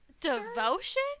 Devotion